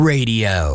Radio